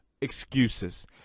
excuses